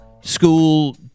school